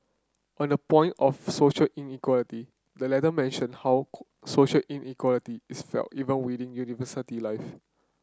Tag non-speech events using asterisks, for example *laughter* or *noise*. on the point of social inequality the letter mentioned how *unintelligible* social inequality is felt even within university life